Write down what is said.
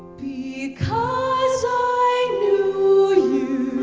because i knew